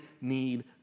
need